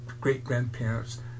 great-grandparents